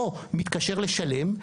או שהוא מתקשר לשלם,